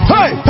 Hey